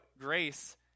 grace